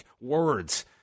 words